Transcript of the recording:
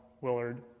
Willard